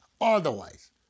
Otherwise